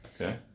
Okay